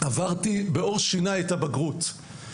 עברתי בעור שיניי את הבגרות,